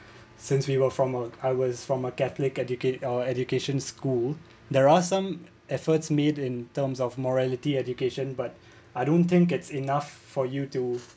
since we were from I was from a catholic educat~ uh education school they are some efforts made in terms of morality education but I don't think it's enough for you to